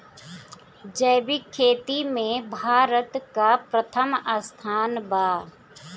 जैविक खेती में भारत का प्रथम स्थान बा